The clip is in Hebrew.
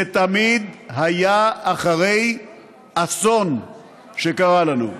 זה תמיד היה אחרי אסון שקרה לנו.